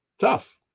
tough